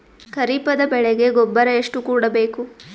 ಖರೀಪದ ಬೆಳೆಗೆ ಗೊಬ್ಬರ ಎಷ್ಟು ಕೂಡಬೇಕು?